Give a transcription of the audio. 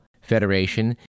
Federation